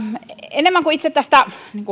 enemmän kuin itse tästä